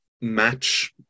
match